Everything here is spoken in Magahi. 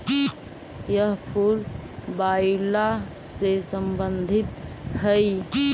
यह फूल वायूला से संबंधित हई